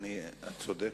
את צודקת,